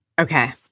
Okay